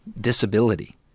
disability